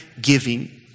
giving